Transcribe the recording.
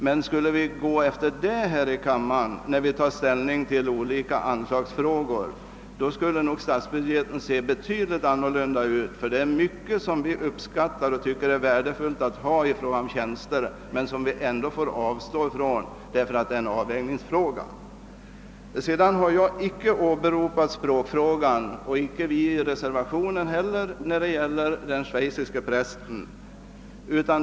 Men skulle vi följa den principen här i kammaren, när vi tar ställning till olika anslagsfrågor, då skulle statsbudgeten se betydligt annorlunda ut, ty det är mycket som vi uppskattar och som är värdefullt att ha i fråga om tjänster, men som vi ändå får avstå ifrån för att det är en avvägningsfråga. Jag har icke åberopat språkfrågan när det gäller prästen i Schweiz, och så har ej heller skett i reservationen.